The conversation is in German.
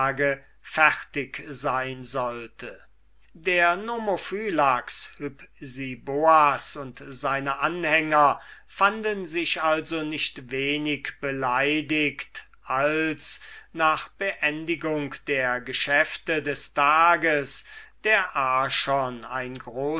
fertig sein sollte der nomophylax hypsiboas und seine anhänger fanden sich also nicht wenig beleidigt da nachdem die gewöhnlichen geschäfte abgetan waren der archon